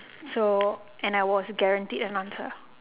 so and I was guaranteed an answer